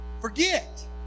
forget